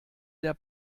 der